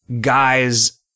guys